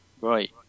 Right